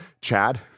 Chad